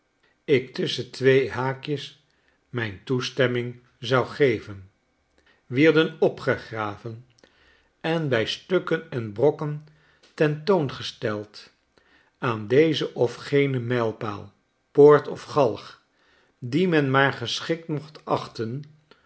ik tusschen twee haakjes mijn toestemming zou geven wierden opgegraven en bij stukken en brokken ten toon gesteld aan dezen of genen mijlpaal poort of galg die men maar geschikt mocht achten